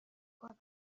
کنم